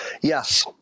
Yes